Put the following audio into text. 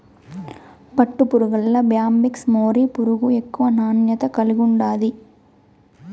పట్టుపురుగుల్ల Bombyx mori పురుగు ఎక్కువ నాణ్యత కలిగుండాది